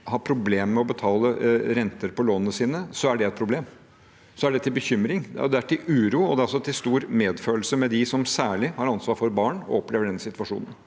har problemer med å betale renter på lånet sitt, så er det et problem. Da er det til bekymring og uro, og det er til stor medfølelse med særlig dem som har ansvar for barn og opplever den situasjonen.